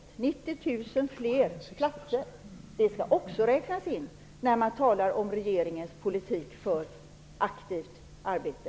Det har inrättats 90 000 fler platser, och det skall man också räkna in när man talar om regeringens politik för aktivt arbete.